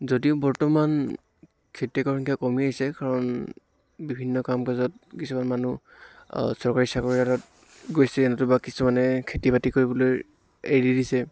যদিও বৰ্তমান খেতিয়কৰ সংখ্য়া কমি আহিছে কাৰণ বিভিন্ন কাম কাজত কিছুমান মানুহ চৰকাৰী চাকৰিয়ালত গৈছে নতুবা কিছুমানে খেতি বাতি কৰিবলৈ এৰি দিছে